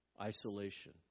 isolation